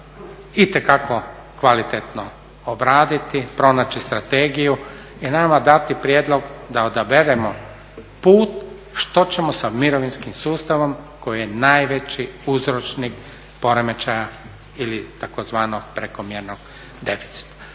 itekako kvalitetno obraditi, pronaći strategiju i nama dati prijedlog da odaberemo put što ćemo sa mirovinskim sustavom koji je najveći uzročnik poremećaja ili tzv. prekomjernog deficita.